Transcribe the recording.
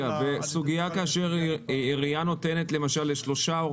כאשר עירייה נותנת למשל לשלושה או